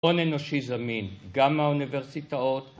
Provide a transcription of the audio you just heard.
‫הון אנושי זמין, ‫גם האוניברסיטאות.